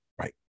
Right